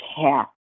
care